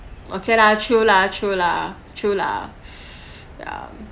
okay lah true lah true lah true lah yeah